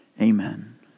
Amen